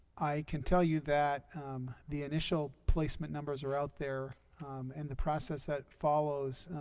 i can tell you that the initial placement numbers are out there and the process that follows?